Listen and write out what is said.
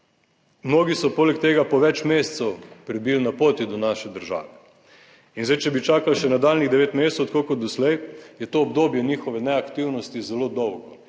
tega po več mesecev prebili na poti do naše države in zdaj, če bi čakali še nadaljnjih devet mesecev, tako kot doslej, je to obdobje njihove neaktivnosti zelo dolgo